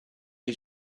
you